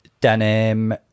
Denim